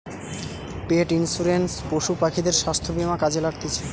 পেট insurance পশু পাখিদের স্বাস্থ্য বীমা কাজে লাগতিছে